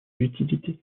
l’utilité